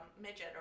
midget